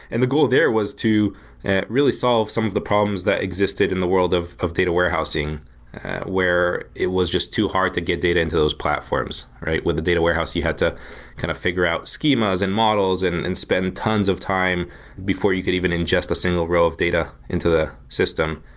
and the goal there was to really solve some of the problems that existed in the world of of data warehousing where it was just too hard to get data into those platforms, right? with the data warehouse, you had to kind of figure out schemas and models and and spend tons of time before you could even ingest a single row of data into the system.